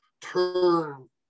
turn